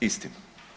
Istina.